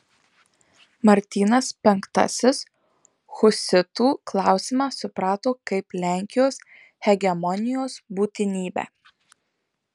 martynas penktasis husitų klausimą suprato kaip lenkijos hegemonijos būtinybę